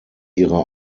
ihre